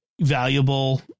valuable